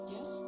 Yes